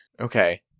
okay